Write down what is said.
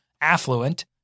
affluent